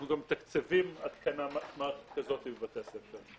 אנחנו גם מתקצבים מערכת כזאת בבתי הספר.